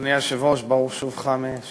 אדוני היושב-ראש, ברוך שובך משליחותך.